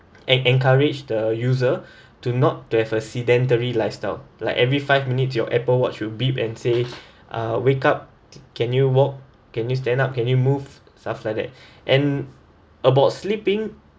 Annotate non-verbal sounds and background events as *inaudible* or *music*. and encourage the user *breath* to not to have a sedentary lifestyle like every five minutes your apple watch will beep and say uh wake up can you walk can you stand up can you move stuff like that and about sleeping